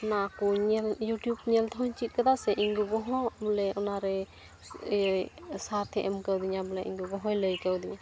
ᱚᱱᱟ ᱠᱚ ᱧᱮᱞ ᱤᱭᱩᱴᱩᱵᱽ ᱧᱮᱞ ᱛᱮᱦᱚᱸᱧ ᱪᱮᱫ ᱠᱟᱫᱟ ᱥᱮ ᱤᱧ ᱜᱚᱜᱚ ᱦᱚᱸ ᱵᱚᱞᱮ ᱚᱱᱟᱨᱮ ᱥᱟᱛᱷᱮ ᱮᱢ ᱠᱟᱹᱫᱤᱧᱟᱹ ᱵᱚᱞᱮ ᱤᱧ ᱜᱚᱜᱚ ᱦᱚᱸᱭ ᱞᱟᱹᱭ ᱠᱟᱣᱫᱤᱧᱟᱹ